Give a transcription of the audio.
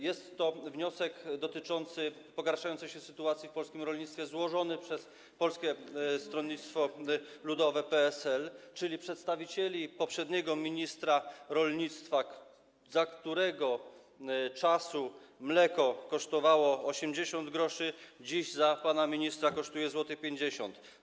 Jest to wniosek dotyczący pogarszającej się sytuacji w polskim rolnictwie, złożony przez Polskie Stronnictwo Ludowe, PSL, czyli przedstawicieli poprzedniego ministra rolnictwa, za którego mleko kosztowało 80 gr, a dziś, za tego pana ministra, kosztuje 1,50 zł.